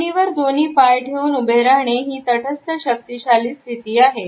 जमिनीवर दोन्ही पाय ठेवून उभे राहणे ही तटस्थ शक्तिशाली स्थिती आहे